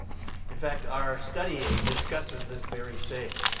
in fact our study aid discusses this very thing.